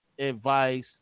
Advice